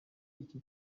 iki